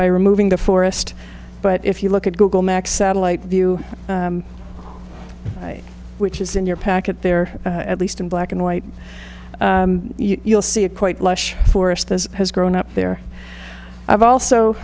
by removing the forest but if you look at google maps satellite view which is in your packet there at least in black and white you'll see a quite lush forest as has grown up there i've also